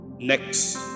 next